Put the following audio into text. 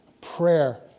Prayer